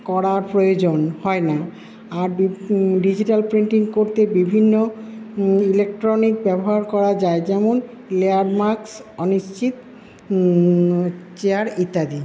করার প্রয়োজন হয়না আর ডিজিটাল পেইন্টিং করতে বিভিন্ন ইলেকট্রনিক ব্যবহার করা যায় যেমন লেয়ার মাস্ক অনিশ্চিত চেয়ার ইত্যাদি